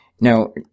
Now